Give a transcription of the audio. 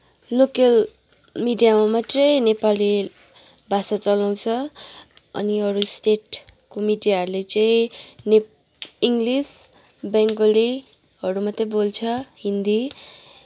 local मिडियामा मात्रै नेपाली भाषा चलाउँछ अनि अरू स्टेटको मिडियाहरूले चाहिँ नेप इङ्ग्लिस बेङ्गलीहरू मात्रै बोल्छ हिन्दी